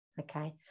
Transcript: Okay